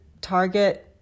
target